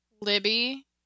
Libby